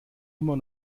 immer